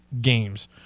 games